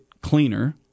cleaner